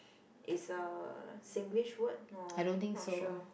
is a Singlish word no ah not sure